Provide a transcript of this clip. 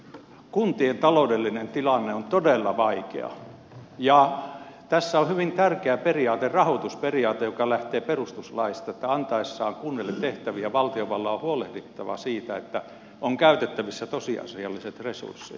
kuntien taloudellinen tilanne on todella vaikea ja tässä on hyvin tärkeä periaate rahoitusperiaate joka lähtee perustuslaista että antaessaan kunnille tehtäviä valtiovallan on huolehdittava siitä että on käytettävissä tosiasialliset resurssit